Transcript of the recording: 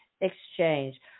exchange